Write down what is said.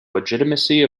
legitimacy